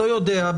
לא יודע,